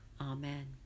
Amen